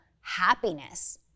happiness